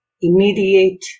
immediate